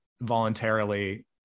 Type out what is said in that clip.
voluntarily